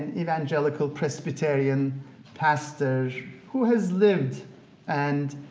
evangelical, presbyterian pastor who has lived and